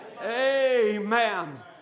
Amen